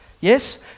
yes